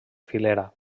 filera